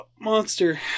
monster